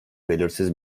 belirsiz